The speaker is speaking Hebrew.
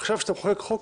עכשיו כשאתה מחוקק חוק,